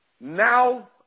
now